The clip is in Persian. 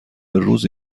روز